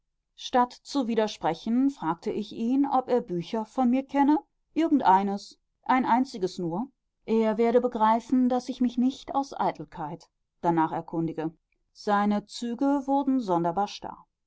statt zu widersprechen fragte ich ihn ob er bücher von mir kenne irgendeines ein einziges nur er werde begreifen daß ich mich nicht aus eitelkeit danach erkundige seine züge wurden sonderbar